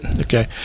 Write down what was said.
okay